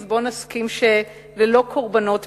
אז בואו נסכים שללא קורבנות בדם.